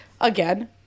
again